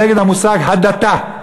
נגד המושג הדתה.